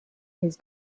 his